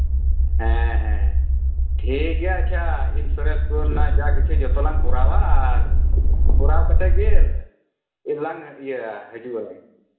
ᱦᱮᱸ ᱦᱮᱸ ᱴᱷᱤᱠ ᱜᱮᱭᱟ ᱟᱪᱪᱷᱟ ᱤᱱᱥᱩᱨᱮᱱᱥ ᱨᱮᱱᱟᱜ ᱡᱟ ᱠᱤᱪᱷᱩ ᱡᱚᱛᱚ ᱞᱟᱝ ᱠᱚᱨᱟᱣᱟ ᱟᱨ ᱠᱚᱨᱟᱣ ᱠᱟᱛᱮᱫ ᱜᱮ ᱞᱟᱝ ᱦᱤᱡᱩᱜᱼᱟ